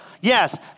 Yes